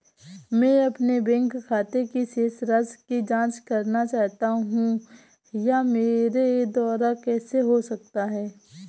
मैं अपने बैंक खाते की शेष राशि की जाँच करना चाहता हूँ यह मेरे द्वारा कैसे हो सकता है?